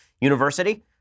University